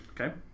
Okay